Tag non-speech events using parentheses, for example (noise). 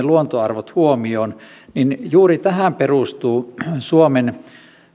(unintelligible) luontoarvot huomioon niin juuri tähän perustuu suomen